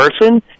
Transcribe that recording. person